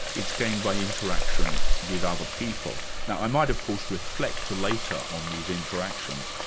it's gained by interaction with other people. now i might of course reflect later on these interactions,